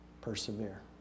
Persevere